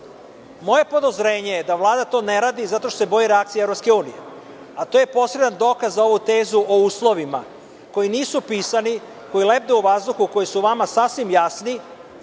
podozrenje je da Vlada to ne radi zato što se boji reakcija EU, a to je poseban dokaz za ovu tezu o uslovima koji nisu pisani, koji lebde u vazduhu, koji su vama sasvim jasni.